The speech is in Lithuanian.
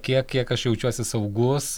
kiek kiek aš jaučiuosi saugus